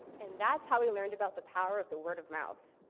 and that's how we learned about the power of the word of mouth.